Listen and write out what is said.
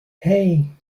hey